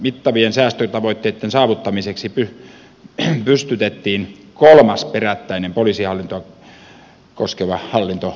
mittavien säästötavoitteitten saavuttamiseksi pystytettiin kolmas perättäinen poliisihallintoa koskeva hallintouudistus